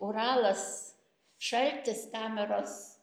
uralas šaltis kameros